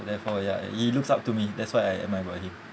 therefore ya he looks up to me that's what I admire about him